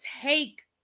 take